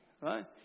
right